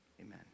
amen